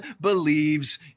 believes